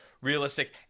realistic